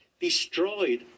destroyed